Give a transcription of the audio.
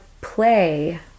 play